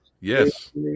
Yes